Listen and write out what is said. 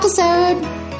episode